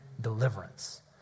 deliverance